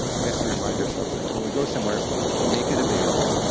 we have to remind ourselves that. when we go somewhere, make it available.